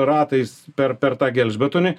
ratais per per tą gelžbetonį